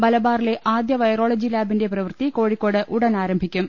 മലബാറിലെ ആദ്യ വൈറോളജിലാബിന്റെ പ്രവൃത്തി കോഴി ക്കോട് ഉടൻ ആരംഭിക്കും